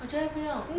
我觉得不用